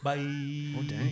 Bye